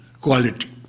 quality